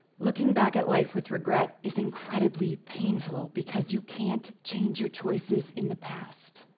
looking back at life with regret is incredibly painful, because you can't change your choices in the past.